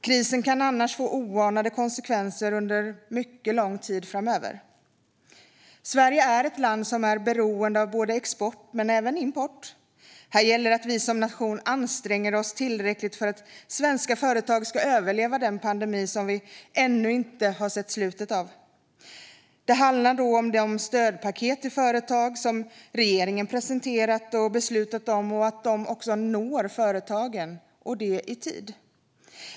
Krisen kan annars få oanade konsekvenser under mycket lång tid framöver. Sverige är ett land som är beroende av både export och import. Här gäller det att vi som nation anstränger oss tillräckligt för att svenska företag ska överleva den pandemi som vi ännu inte har sett slutet av. Det handlar om att de stödpaket som regeringen har presenterat och beslutat om når företagen, och det i tid.